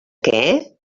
què